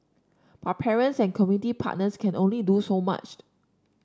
but parents and community partners can only do so much